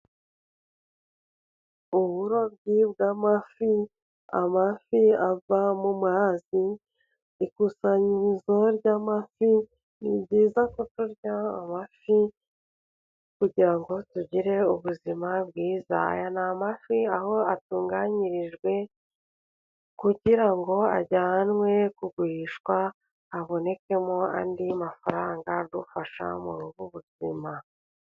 Uburobyi bw'amafi, amafi ava mu mazi, ikusanyirizo ry'amafi. Ni byiza ko turya amafi kugira ngo tugire ubuzima bwiza. Aya ni amafi aho atunganyirijwe, kugira ngo ajyanwe kugurishwa, habonekemo andi mafaranga adufasha muri ubu buzima.